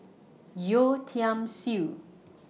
Yeo Tiam Siew